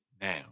now